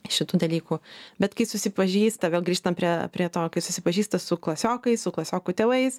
šitų dalykų bet kai susipažįsta vėl grįžtam prie prie to kai susipažįsta su klasiokais su klasiokų tėvais